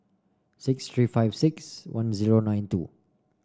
six three five six one zero nine two